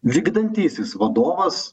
vykdantysis vadovas